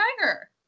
tiger